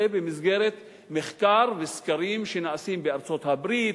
זה במסגרת מחקר וסקרים שנעשים בארצות-הברית,